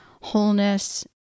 wholeness